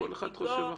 כל אחד חושב אחרת.